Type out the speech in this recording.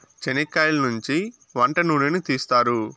చనిక్కయలనుంచి వంట నూనెను తీస్తారు